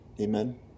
Amen